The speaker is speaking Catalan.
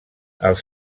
els